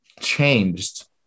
changed